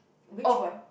which one